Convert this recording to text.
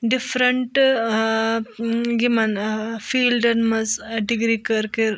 different ٲں یِمَن ٲں فیٖلڈَن منٛز ڈِگری کٔرۍ کٔرۍ